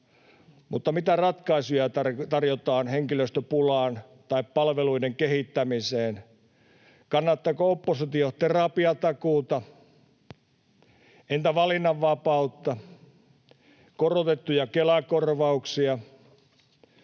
mutta mitä ratkaisuja tarjotaan henkilöstöpulaan tai palveluiden kehittämiseen? Kannattaako oppositio terapiatakuuta, entä valinnanvapautta, korotettuja Kela-korvauksia?